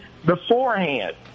beforehand